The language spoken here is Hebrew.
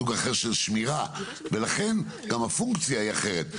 סוג אחר של שמירה ולכן גם הפונקציה היא אחרת.